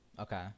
Okay